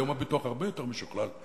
היום הביטוח הרבה יותר משוכלל.